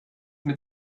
mit